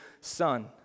son